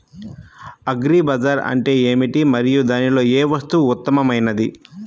Agri bazaar అంటే ఏమిటి మరియు దానిలో ఏ వస్తువు ఉత్తమమైనది?